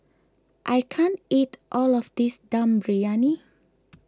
I can't eat all of this Dum Briyani